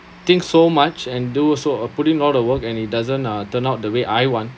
think so much and do so uh putting all the work and it doesn't uh turn out the way I want